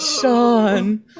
Sean